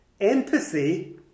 Empathy